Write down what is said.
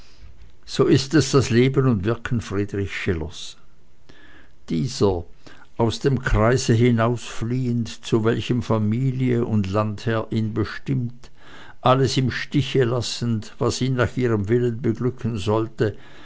so ist es das leben und wirken friedrich schillers dieser aus dem kreise hinausfliehend zu welchem familie und landherr ihn bestimmt alles im stiche lassend was ihn nach ihrem willen beglücken sollte